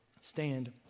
stand